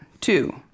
two